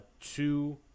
two